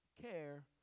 care